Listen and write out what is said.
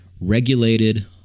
regulated